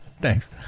thanks